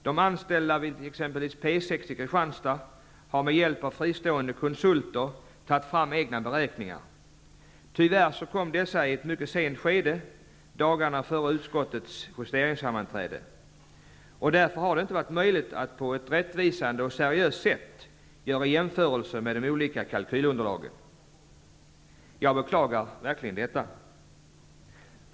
De anställda vid exempelvis P 6 i Kristianstad har med hjälp av fristående konsulter tagit fram egna beräkningar. Tyvärr kom dessa i ett mycket sent skede dagarna före utskottets justeringssammanträde. Det har därför inte varit möjligt att på ett rättvisande och seriöst sätt göra jämförelser mellan de olika kalkylunderlagen. Jag beklagar verkligen detta.